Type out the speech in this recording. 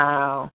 Wow